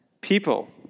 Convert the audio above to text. people